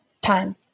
Time